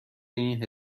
این